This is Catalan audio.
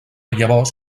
llavors